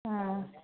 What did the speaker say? ꯑꯥ